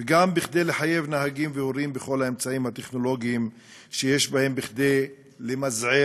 וגם כדי לחייב נהגים והורים בכל האמצעים הטכנולוגיים שיש בהם כדי למזער,